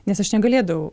nes aš negalėdavau